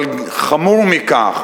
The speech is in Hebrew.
אבל חמור מכך,